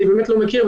אני באמת לא מכיר,